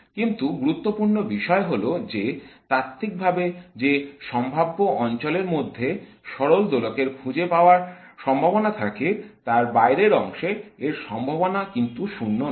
কিন্তু গুরুত্বপূর্ণ বিষয় হল যে তাত্ত্বিকভাবে যে সম্ভাব্য অঞ্চলের মধ্যে সরল দোলকের খুঁজে পাওয়ার সম্ভাবনা থাকে তার বাইরের অংশে এর সম্ভাবনা কিন্তু শূন্য নয়